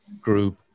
group